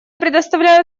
предоставляю